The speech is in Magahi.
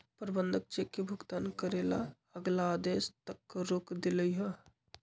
प्रबंधक चेक के भुगतान करे ला अगला आदेश तक रोक देलई ह